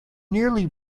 nearly